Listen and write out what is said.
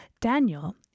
Daniel